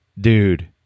dude